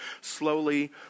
slowly